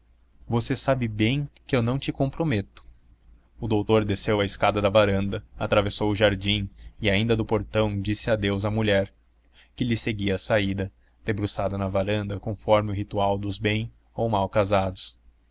você sabe bem que eu não te comprometo o doutor desceu a escada da varanda atravessou o jardim e ainda do portão disse adeus à mulher que lhe seguia a saída debruçada na varanda conforme o ritual dos bem ou mal casados